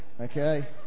Okay